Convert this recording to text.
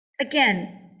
Again